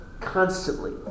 constantly